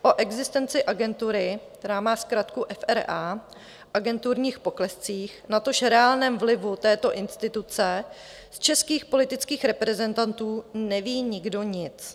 O existenci Agentury, která má zkratku FRA, agenturních poklescích, natož reálném vlivu této instituce z českých politických reprezentantů neví nikdo nic.